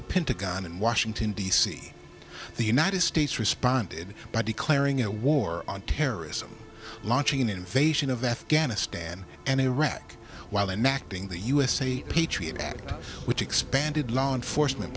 the pentagon in washington d c the united states responded by declaring a war on terrorism launching an invasion of afghanistan and iraq while i'm acting the usa patriot act which expanded law enforcement